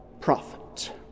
prophet